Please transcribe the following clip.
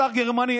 אתר גרמני.